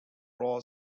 raw